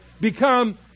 become